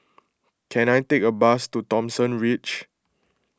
can I take a bus to Thomson Ridge